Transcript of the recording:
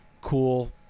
cool